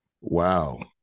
Wow